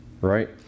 right